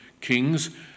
Kings